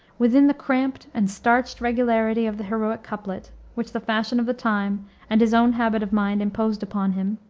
within the cramped and starched regularity of the heroic couplet, which the fashion of the time and his own habit of mind imposed upon him,